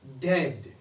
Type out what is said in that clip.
Dead